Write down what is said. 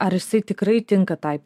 ar jisai tikrai tinka tai